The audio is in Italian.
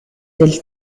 del